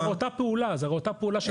זאת אותה פעולה.